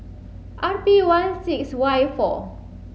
R P one six Y four